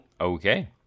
Okay